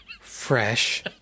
fresh